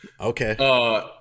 Okay